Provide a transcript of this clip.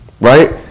Right